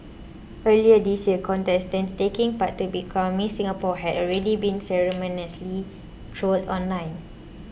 earlier this year contestants taking part to be crowned Miss Singapore had already been ceremoniously trolled online